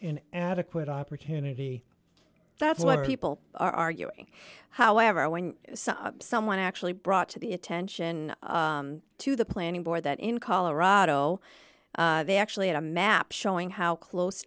an adequate opportunity that's what people are arguing however when someone actually brought to the attention to the planning board that in colorado they actually had a map showing how close